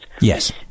Yes